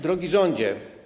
Drogi Rządzie!